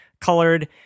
colored